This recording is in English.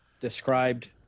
described